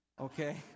Okay